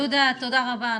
יהודה, תודה רבה.